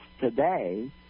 today